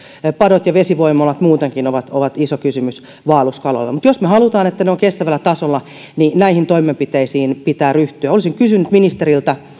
padot ja vesivoimalat muutenkin ovat ovat iso kysymys vaelluskaloille mutta jos me haluamme että ne ovat kestävällä tasolla niin näihin toimenpiteisiin pitää ryhtyä olisin kysynyt ministeriltä